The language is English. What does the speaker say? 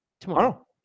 Tomorrow